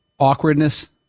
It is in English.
Awkwardness